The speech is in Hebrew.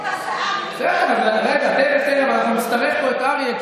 נצטרך פה את אריה,